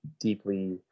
deeply